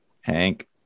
Hank